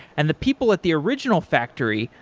and the people at the original factory,